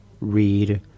read